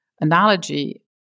Analogy